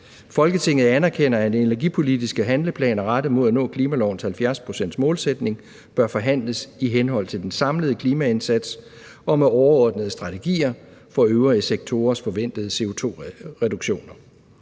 Folketinget anerkender, at energipolitiske handleplaner rettet mod at nå klimalovens 70 pct.-målsætning bør forhandles i henhold til den samlede klimaindsats og med overordnede strategier for øvrige sektorers forventede CO2-reduktioner.